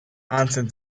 answered